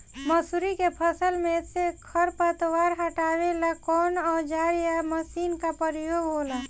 मसुरी के फसल मे से खरपतवार हटावेला कवन औजार या मशीन का प्रयोंग होला?